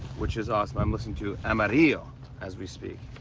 which is awesome. i'm listening to amarillo as we speak.